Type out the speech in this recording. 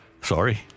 Sorry